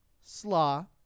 slaw